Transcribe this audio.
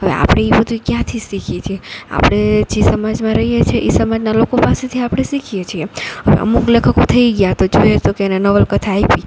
હવે આપડે ઈ બધુંય ક્યાંથી શીખી છી આપડે જી સમાજમાં રઈએ છીએ ઈ સમાજના લોકો પાસેથી આપડે શીખીએ છીએ હવે અમુક લેખકો થઈ ગ્યાં તો જોઈએ તો કે એને નવલકથા આયપી